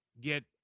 get